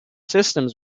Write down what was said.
systems